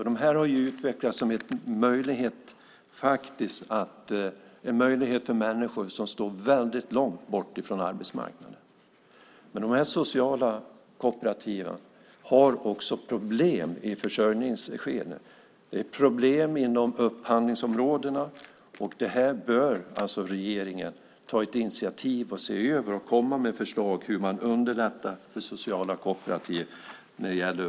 De har utvecklats som en möjlighet för människor som står väldigt långt från arbetsmarknaden. Men de sociala kooperativen har också problem i försörjningshänseende och inom upphandlingsområdena, och det bör regeringen ta initiativ till att se över och komma med förslag om hur man underlättar för sociala kooperativ i upphandling.